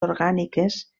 orgàniques